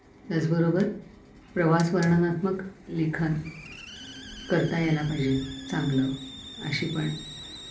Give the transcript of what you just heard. त्याचबरोबर प्रवास वर्णनात्मक लेखन करता यायला पाहिजे चांगलं अशी पण